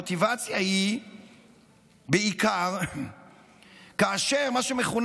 המוטיבציה היא בעיקר כאשר מי שמכונים